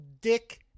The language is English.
dick